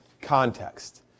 context